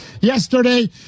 yesterday